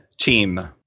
team